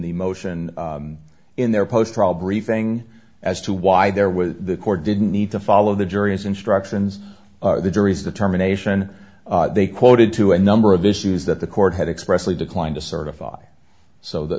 the motion in their post robbery thing as to why there was the court didn't need to follow the jury's instructions are the jury's determination they quoted to a number of issues that the court had expressly declined to certify so that